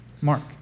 Mark